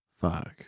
fuck